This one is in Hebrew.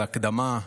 על ההקדמה.